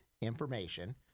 information